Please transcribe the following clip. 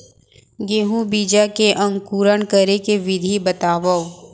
गेहूँ बीजा के अंकुरण करे के विधि बतावव?